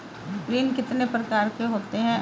ऋण कितने प्रकार के होते हैं?